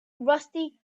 rusty